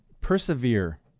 persevere